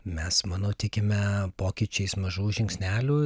mes manau tikime pokyčiais mažų žingsnelių